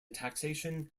taxation